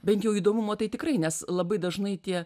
bent jau įdomumo tai tikrai nes labai dažnai tie